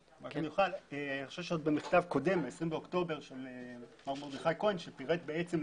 אני חושב שעוד במכתב קודם מחודש אוקטובר פירט מר מרדכי כהן למה,